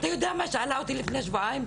אתה יודע מה היא שאלה אותי לפני שבועיים,